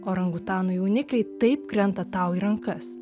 orangutanų jaunikliai taip krenta tau į rankas